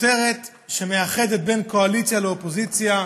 כותרת שמאחדת בין קואליציה לאופוזיציה,